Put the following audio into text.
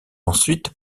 ensuite